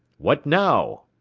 what now?